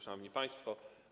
Szanowni Państwo!